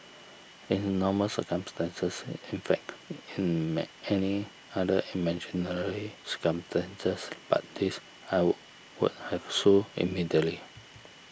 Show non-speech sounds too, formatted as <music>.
in normal circumstances in fact in <unintelligible> any other imaginary circumstances but this I would would have sued immediately